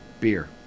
Beer